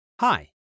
Hi